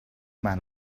man